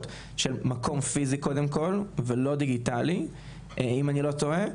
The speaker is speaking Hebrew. מסוימות של מקום פיזי קודם כל ולא דיגיטלי אם אני לא טועה,